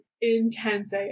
intense